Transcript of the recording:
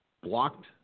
blocked